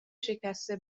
شکسته